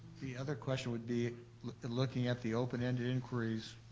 the other question would be looking at the open ended inquiries.